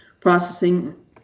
processing